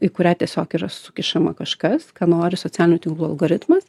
į kurią tiesiog yra sukišama kažkas ką nori socialinių tinklų algoritmas